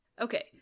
Okay